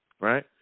right